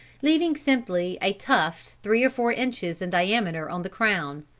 leaving simply a tuft three or four inches in diameter on the crown.